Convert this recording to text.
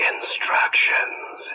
Instructions